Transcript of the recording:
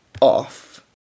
off